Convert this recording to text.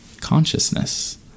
consciousness